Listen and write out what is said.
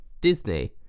Disney